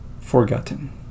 forgotten